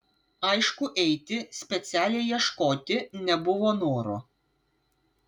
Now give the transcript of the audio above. aišku eiti specialiai ieškoti nebuvo noro